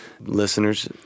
Listeners